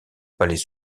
palais